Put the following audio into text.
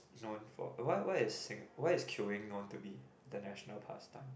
known for why why issing~ why is queueing known to be the national pastime